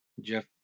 Jeff